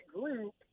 group